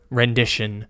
rendition